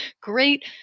great